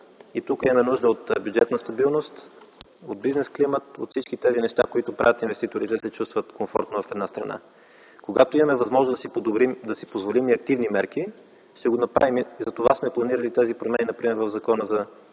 Тук имаме нужда от бюджетна стабилност, от бизнес климат и от всички тези неща, които правят инвеститорите да се чувстват комфортно в една страна. Когато имаме възможност да си позволим и активни мерки, ще го направим. Затова сме планирали промените, например, в Закона за